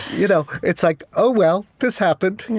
you know it's like, oh, well, this happened.